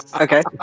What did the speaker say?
Okay